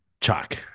Chuck